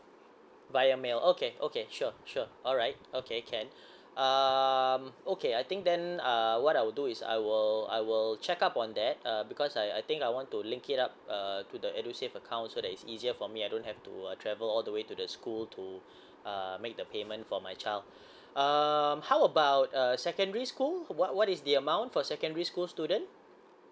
via email okay okay sure sure alright okay can um okay I think then uh what I'll do is I will I will check up on that uh because I I think I want to link it up uh to the edusave account so that it's easier for me I don't have to uh travel all the way to the school to uh make the payment for my child um how about uh secondary school what what is the amount for secondary school student